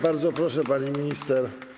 Bardzo proszę, pani minister.